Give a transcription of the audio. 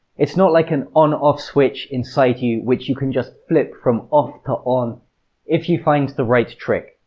it's not like an on off switch inside you, which you can just flip from off to on if you find the right trick.